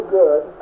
good